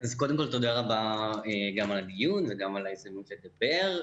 קודם כל תודה רבה גם על הדיון וגם על ההזדמנות לדבר.